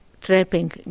trapping